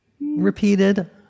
repeated